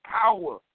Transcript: power